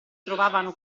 trovavano